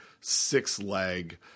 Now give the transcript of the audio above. six-leg